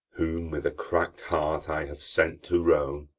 whom with crack'd heart i have sent to rome,